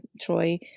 Troy